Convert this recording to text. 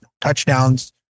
touchdowns